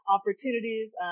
opportunities